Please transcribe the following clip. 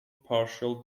partial